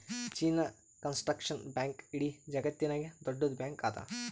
China Construction Bank ಇಡೀ ಜಗತ್ತನಾಗೆ ದೊಡ್ಡುದ್ ಬ್ಯಾಂಕ್ ಅದಾ